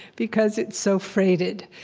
because it's so freighted.